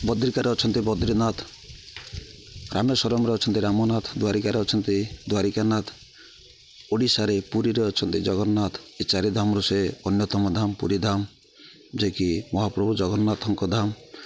ବଦ୍ରିକାରେ ଅଛନ୍ତି ବଦ୍ରିନାଥ ରାମେଶ୍ୱରମରେ ଅଛନ୍ତି ରାମନାଥ ଦ୍ୱାରିକାରେ ଅଛନ୍ତି ଦ୍ୱାରିକାନାଥ ଓଡ଼ିଶାରେ ପୁରୀରେ ଅଛନ୍ତି ଜଗନ୍ନାଥ ଏ ଚାରିଧାମରୁ ସେ ଅନ୍ୟତମ ଧାମ ପୁରୀଧାମ ଯିଏକି ମହାପ୍ରଭୁ ଜଗନ୍ନାଥଙ୍କ ଧାମ